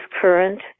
current